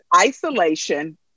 isolation